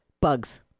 bugs